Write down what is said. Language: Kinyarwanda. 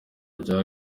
rya